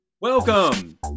Welcome